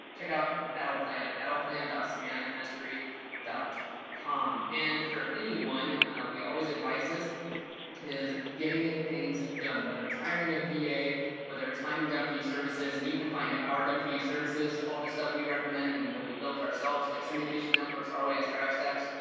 check out the battle planet battle plan dot semantic mastery dot com and for anyone we always advise this is getting ah things done whether it's hiring a va, whether it's finding done for you services and you can find our done for you services, all the stuff we recommend and that we built ourselves like syndication networks our way is drive stacks,